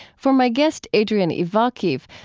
for my guest, adrian ivakhiv,